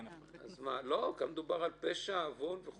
גם דובר על פשע ועוון.